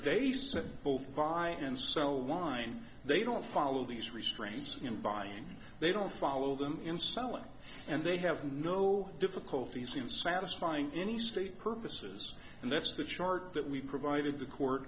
said both buy and sell wine they don't follow these restraints and buying they don't follow them in selling and they have no difficulties in satisfying any state purposes and that's the chart that we've provided the court